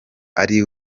ari